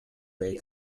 raid